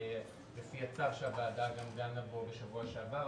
לפי הצו שהוועדה דנה בו בשבוע שעבר,